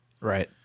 Right